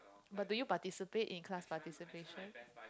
but do you participate in class participation